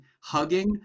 hugging